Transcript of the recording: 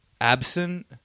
absent